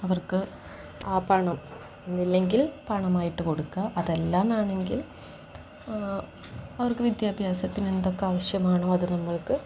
അവർക്ക് ആ പണം ഒന്നല്ലെങ്കിൽ പണമായിട്ട് കൊടുക്കുക അതല്ലയെന്നാണെങ്കിൽ അവർക്ക് വിദ്യാഭ്യാസത്തിനെന്തൊക്കെ ആവശ്യമാണോ അതു നമ്മൾക്ക്